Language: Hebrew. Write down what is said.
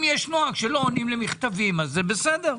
אם יש נוהג שלא עונים למכתבים אז זה בסדר.